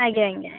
ଆଜ୍ଞା ଆଜ୍ଞା ଆଜ୍ଞା